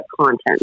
content